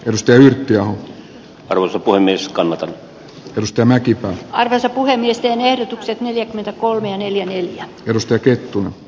risteilyyrttiaho rusikoinnin skannata pistää mäkipää vesa puhemiesten ehdotukset neljäkymmentäkolme neljä neljä risto kettunen